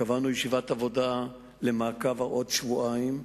קבענו ישיבת עבודה למעקב לעוד שבועיים.